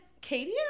Katie